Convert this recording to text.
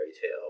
tale